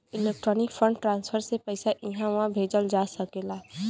electronic fund transfer से पइसा इहां उहां भेजल जा सकला